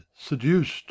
seduced